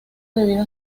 debido